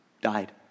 died